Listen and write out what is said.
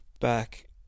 Back